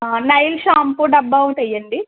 Nile shampoo డబ్బా ఒకటి వెయ్యండి